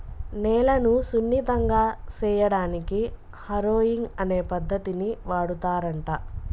నేలను సున్నితంగా సేయడానికి హారొయింగ్ అనే పద్దతిని వాడుతారంట